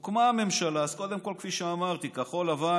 הוקמה הממשלה, אז קודם כול, כפי שאמרתי, כחול לבן